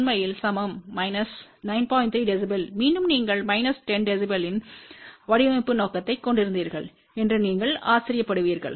3 dB மீண்டும் நீங்கள் minus 10 dB இன் வடிவமைப்பு நோக்கத்தைக் கொண்டிருந்தீர்கள் என்று நீங்கள் ஆச்சரியப்படுவீர்கள்